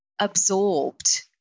absorbed